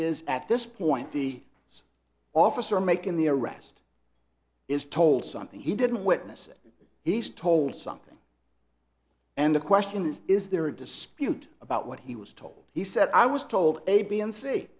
is at this point the officer making the arrest is told something he didn't witness it he's told something and the question is is there a dispute about what he was told he said i was told a b and c